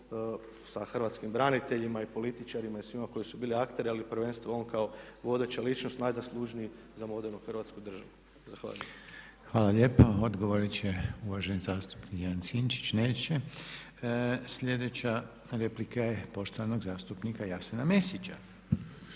sa hrvatskim braniteljima i političarima i svima koji su bili akteri, ali prvenstveno on kao vodeća ličnost najzaslužniji za modernu Hrvatsku državu. Zahvaljujem. **Reiner, Željko (HDZ)** Hvala lijepo. Odgovorit će uvaženi zastupnik Ivan Sinčić. Neće. Sljedeća replika je poštovanog zastupnika Jasena Mesića.